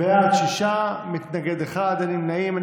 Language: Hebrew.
בעד, שישה, מתנגד אחד, אין נמנעים.